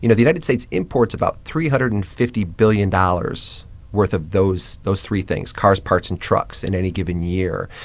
you know the united states imports about three hundred and fifty billion dollars worth of those those three things cars, parts and trucks in any given year.